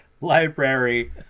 library